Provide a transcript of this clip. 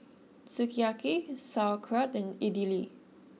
Sukiyaki Sauerkraut and Idili